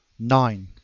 nine.